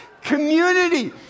community